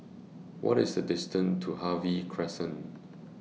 What IS The distance to Harvey Crescent